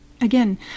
Again